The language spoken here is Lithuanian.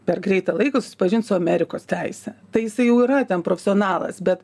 per greitą laiką susipažint su amerikos teise tai jisai jau yra ten profsionalas bet